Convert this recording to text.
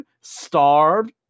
starved